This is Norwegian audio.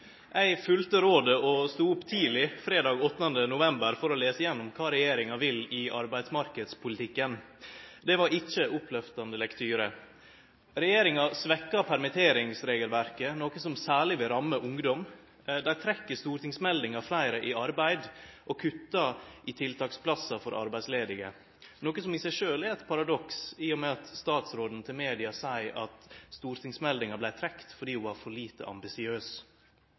Eg følgde rådet og stod opp tidleg fredag 8. november for å lese gjennom kva regjeringa vil i arbeidsmarknadspolitikken. Det var ikkje oppløftande lektyre. Regjeringa svekker permitteringsregelverket, noko som særleg vil ramme ungdom. Ho trekker Meld. St. 46 for 2012–2013, Flere i arbeid, og kuttar i tiltaksplassar for arbeidsledige, noko som i seg sjølv er eit paradoks, i og med at statsråden til media seier at stortingsmeldinga vart trekt fordi ho var for lite ambisiøs.